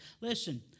Listen